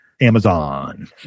Amazon